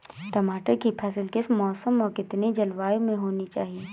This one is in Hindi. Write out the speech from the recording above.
टमाटर की फसल किस मौसम व कितनी जलवायु में होनी चाहिए?